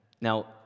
Now